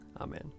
Amen